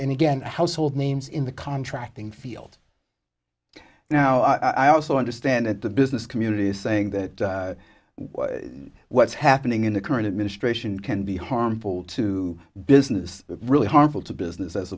in again household names in the contracting field now i also understand that the business community is saying that what's happening in the current administration can be harmful to business really harmful to business as